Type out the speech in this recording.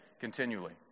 continually